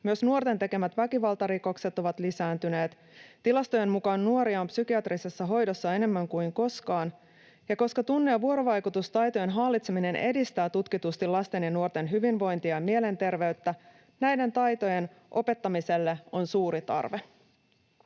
Myös nuorten tekemät väkivaltarikokset ovat lisääntyneet. Tilastojen mukaan nuoria on psykiatrisessa hoidossa enemmän kuin koskaan, ja koska tunne‑ ja vuorovaikutustaitojen hallitseminen edistää tutkitusti lasten ja nuorten hyvinvointia ja mielenterveyttä, näiden taitojen opettamiselle on suuri tarve.